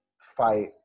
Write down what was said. fight